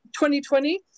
2020